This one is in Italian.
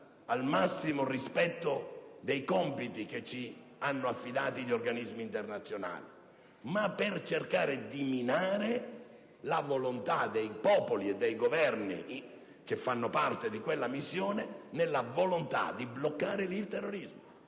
al massimo rispetto dei compiti che ci hanno affidato gli organismi internazionali, ma per cercare di minare la volontà dei popoli e dei Governi che fanno parte di quella missione nell'intento di bloccare il terrorismo.